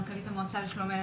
מנכ"לית המועצה לשלום הילד,